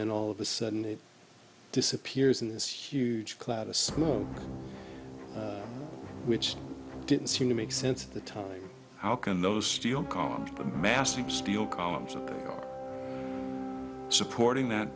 then all of a sudden it disappears in this huge cloud of smoke which didn't seem to make sense of the time how can those steel columns the massive steel columns supporting that